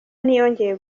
ntiyongeye